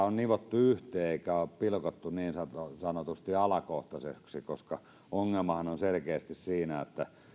on nivottu yhteen eikä ole pilkottu niin sanotusti alakohtaisesti ongelmahan on selkeästi siinä että